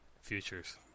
futures